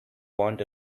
want